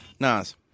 Nas